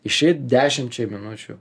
išeit dešimčiai minučių